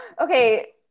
okay